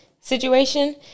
situation